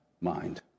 mind